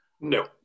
no